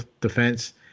defense